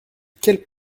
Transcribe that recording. quelle